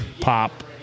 Pop